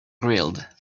grilled